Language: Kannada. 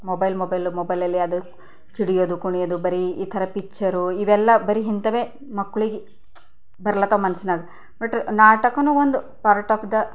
ಮೊಬೈಲ್ ಮೊಬೈಲ್ ಮೊಬೈಲಲ್ಲಿ ಅದು ಚಿಡಿಯದು ಕುಣಿಯೋದು ಬರೀ ಈ ಥರ ಪಿಚ್ಚರು ಇವೆಲ್ಲ ಬರೀ ಇಂತವೇ ಮಕ್ಕಳಿಗೆ ಬರ್ಲತಾವ ಮನ್ಸಿನಾಗೆ ಬಟ್ ನಾಟಕವೂ ಒಂದು ಪಾರ್ಟ್ ಆಫ್ ದ